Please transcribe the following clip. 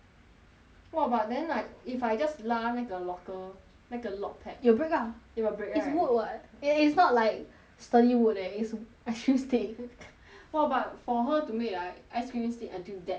!wah! but then like if I just 拉那个 locker 那个 lock pad it'll break lah it'll break right it's wood [what] eh it's not like sturdy wood eh it's ice cream stick !wah! but for her to make like ice cream stick until that right it's like